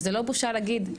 וזו לא בושה להגיד,